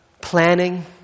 planning